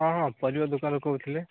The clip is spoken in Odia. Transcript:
ହଁ ହଁ ପରିବା ଦୋକାନରୁ କହୁଥିଲି